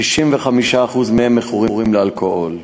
וכ-65% מהם מכורים לאלכוהול,